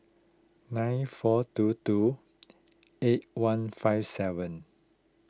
nine four two two eight one five seven